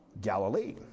Galilee